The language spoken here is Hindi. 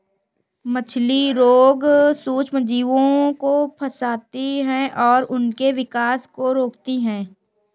मछली रोग सूक्ष्मजीवों को फंसाती है और उनके विकास को रोकती है